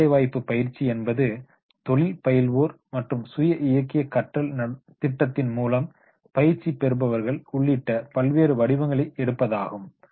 on the job training என்பது தொழில் பயில்வோர் மற்றும் ஸேல்ப் டர்ரேக்டட் லேர்னிங் ப்ரோக்ரைம் மூலம் பயிற்சி பெறுபவர்கள் உள்ளிட்ட பல்வேறு வடிவங்களை எடுப்பதாகும்